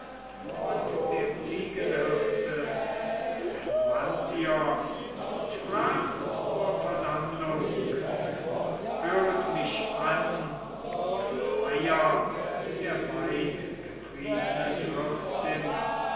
und der ziegenhirte melanthios sprach zur versammlung höret mich an ihr freier der weitgepriesenen fürstin